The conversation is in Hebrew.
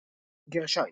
”